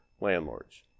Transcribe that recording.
landlords